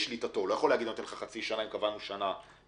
הוא לא יכול להגיד: אני נותן לך חצי שנה אם קבענו שנה מינימום,